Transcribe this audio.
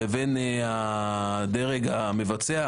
לבין הדרג המבצע,